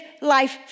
life